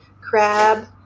crab